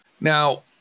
now